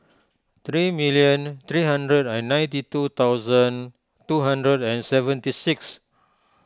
three million three hundred and ninety two thousand two hundred and seventy six